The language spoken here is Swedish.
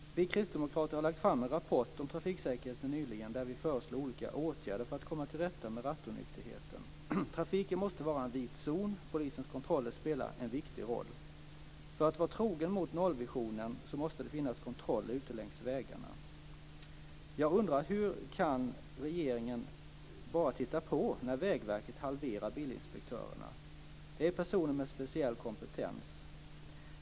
Vi kristdemokrater har lagt fram en rapport om trafiksäkerheten nyligen där vi föreslår olika åtgärder för att komma till rätta med rattonykterheten. Trafiken måste vara en "vit zon", och polisens kontroller spela en viktig roll. För att vara trogen mot nollvisionen måste det finnas kontroller ute längs vägarna. Vägverket halverar antalet bilinspektörer? De är personer med speciell kompetens.